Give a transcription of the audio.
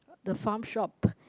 the farm shop